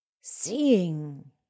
seeing